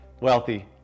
wealthy